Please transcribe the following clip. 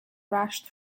rushed